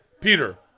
Peter